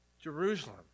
Jerusalem